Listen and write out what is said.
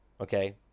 okay